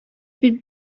бит